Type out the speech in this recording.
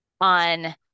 on